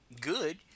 Good